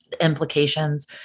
implications